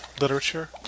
literature